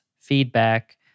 feedback